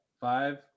five